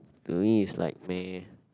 to me it's like meh